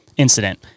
incident